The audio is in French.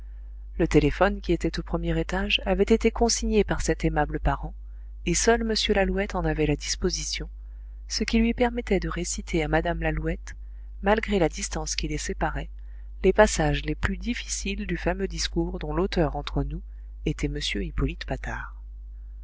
le téléphone qui était au premier étage avait été consigné par cet aimable parent et seul m lalouette en avait la disposition ce qui lui permettait de réciter à mme lalouette malgré la distance qui les séparait les passages les plus difficiles du fameux discours dont l'auteur entre nous était m hippolyte patard